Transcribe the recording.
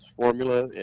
formula